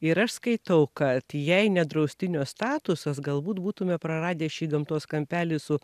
ir aš skaitau kad jei ne draustinio statusas galbūt būtume praradę šį gamtos kampelį su